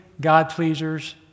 God-pleasers